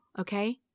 okay